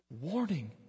warning